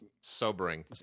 sobering